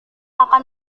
akan